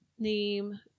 name